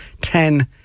Ten